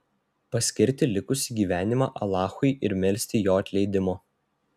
paskirti likusį gyvenimą alachui ir melsti jo atleidimo